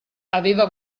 aveva